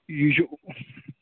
یہِ چھُ